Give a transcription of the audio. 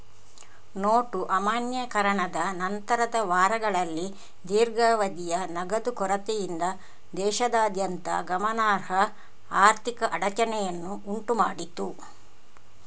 note ಅಮಾನ್ಯೀಕರಣದ ನಂತರದ ವಾರಗಳಲ್ಲಿ ದೀರ್ಘಾವಧಿಯ ನಗದು ಕೊರತೆಯಿಂದ ದೇಶದಾದ್ಯಂತ ಗಮನಾರ್ಹ ಆರ್ಥಿಕ ಅಡಚಣೆಯನ್ನು ಉಂಟು ಮಾಡಿತು